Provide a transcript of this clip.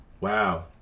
Wow